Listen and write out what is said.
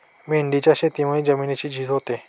मेंढीच्या शेतीमुळे जमिनीची झीज होते